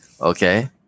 Okay